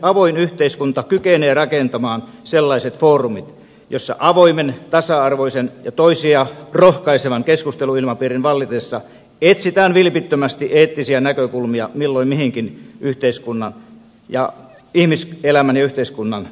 avoin yhteiskunta kykenee rakentamaan sellaiset foorumit joissa avoimen tasa arvoisen ja toisia rohkaisevan keskusteluilmapiirin vallitessa etsitään vilpittömästi eettisiä näkökulmia milloin mihinkin ihmiselämän ja yhteiskunnan ongelmiin